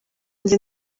njye